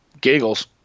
giggles